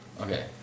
Okay